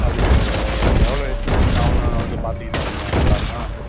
அதுக்கு எவ்வளோ எஸ்டிமேஸன் ஆவுதுன்னு வந்து பார்த்தீங்கன்னா கொஞ்சம் நல்லாருக்கும்